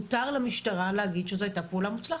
מותר למשטרה להגיד שזו היתה פעולה מוצלחת.